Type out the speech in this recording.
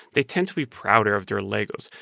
they tend to be prouder of their legos.